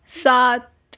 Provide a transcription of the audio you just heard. سات